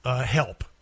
help